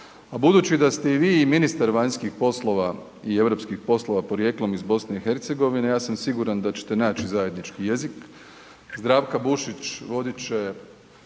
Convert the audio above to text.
A budući da ste i vi i ministar vanjskih poslova i europskih poslova porijeklom iz BiH, ja sam siguran da ćete naći zajednički jezik. Zdravka Bušić vodit će